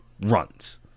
runs